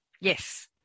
yes